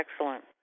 Excellent